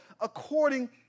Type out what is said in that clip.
according